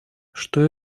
что